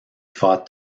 fought